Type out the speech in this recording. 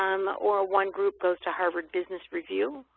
um or one group goes to harvard business review,